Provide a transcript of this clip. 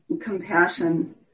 compassion